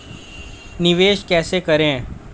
निवेश कैसे करें?